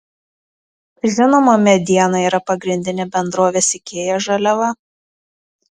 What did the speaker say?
žinoma mediena yra pagrindinė bendrovės ikea žaliava